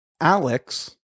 Alex